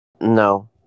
No